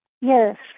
Yes